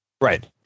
Right